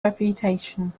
reputation